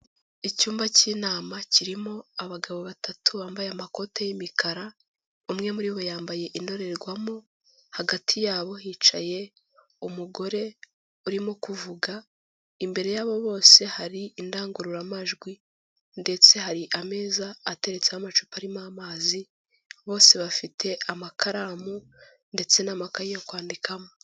Icyumba cy'inama kirimo abagabo batatu bambaye amakoti y'imikara, umwe muri bo yambaye indorerwamo, hagati yabo hicaye umugore urimo kuvuga, imbere yabo bose hari indangururamajwi ndetse hari ameza ateretseho amacupa arimo amazi, bose bafite amakaramu ndetse n'amakaye yo kwandikamo.